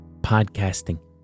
podcasting